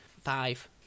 five